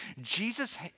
Jesus